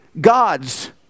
God's